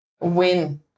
win